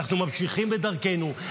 אנחנו ממשיכים בדרכנו,